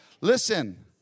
Listen